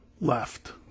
left